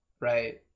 right